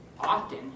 often